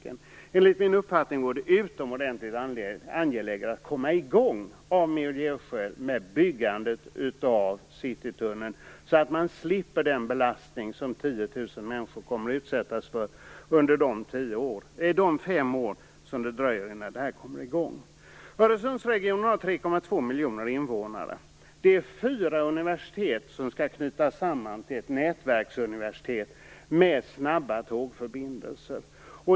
Enligt min uppfattning är det av miljöskäl utomordentligt angeläget att komma i gång med byggandet av Citytunneln så att man slipper den belastning som 10 000 människor kommer att utsättas för under de fem år det dröjer innan det här kommer i gång. Öresundsregionen har 3,2 miljoner invånare. Det är fyra universitet som skall knytas samman i ett nätverksuniversitet med snabba tågförbindelser.